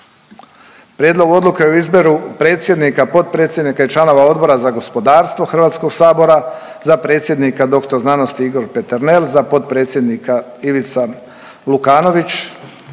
Prijedlog odluke o izboru predsjednika, potpredsjednika i članova Odbora za gospodarstvo HS-a, za predsjednika dr. sc. Igor Peternel, za potpredsjednika Ivica Lukanović,